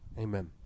amen